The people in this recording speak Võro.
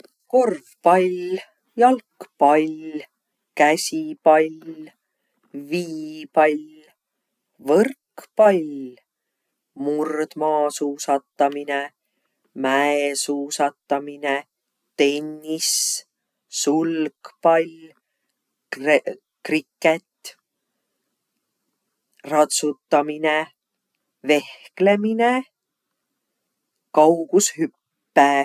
Korvpall, jalgpall, käsipall, viipall, võrkpall, murdmaasuusatamine, mäesuusatamine, tennis, sulgpall, kre- kriket, ratsutamine, vehklemine, kaugushüpe.